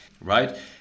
right